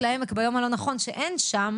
אתם מקבלים גם רמיזות ואיומים.